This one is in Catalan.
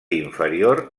inferior